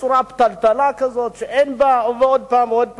בצורה פתלתלה כזאת, עוד פעם ועוד פעם.